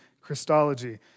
Christology